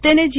તેને જી